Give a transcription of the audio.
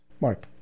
Mark